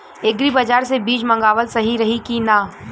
Agri बाज़ार से बीज मंगावल सही रही की ना?